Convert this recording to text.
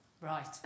right